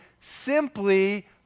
simply